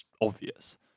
obvious